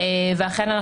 אכן,